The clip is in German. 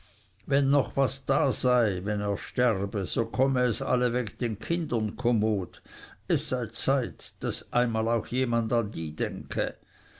wenn noch was da sei wenn er sterbe so komme es allweg den kindern kommod es sei zeit daß einmal auch jemand an die denke